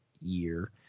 year